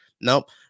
Nope